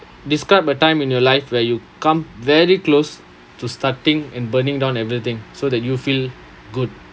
describe a time in your life where you come very close to starting and burning down everything so that you feel good